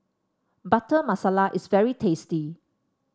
Butter Masala is very tasty